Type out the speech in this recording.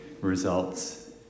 results